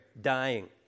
dying